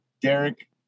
Derek